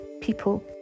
people